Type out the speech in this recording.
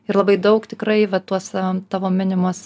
ir labai daug tikrai va tuos tavo minimas